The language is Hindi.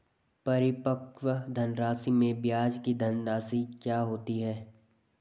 परिपक्व धनराशि में ब्याज की धनराशि क्या होती है?